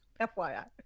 FYI